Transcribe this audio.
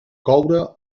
coure